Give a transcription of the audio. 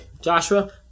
Joshua